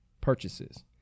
purchases